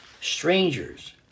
strangers